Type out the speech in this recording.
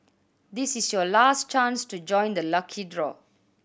this is your last chance to join the lucky draw